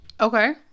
Okay